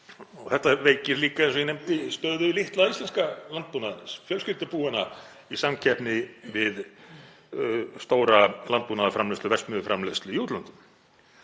Þetta veikir líka, eins og ég nefndi, stöðu litla íslenska landbúnaðarins, fjölskyldubúanna í samkeppni við stóra landbúnaðarframleiðslu, verksmiðjuframleiðslu í útlöndum.